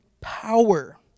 power